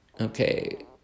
okay